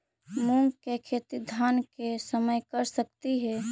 मुंग के खेती धान के समय कर सकती हे?